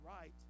right